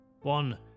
One